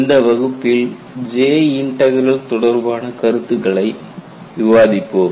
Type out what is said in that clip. இந்த வகுப்பில் J integral தொடர்பான கருத்துக்களை விவாதிப்போம்